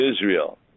Israel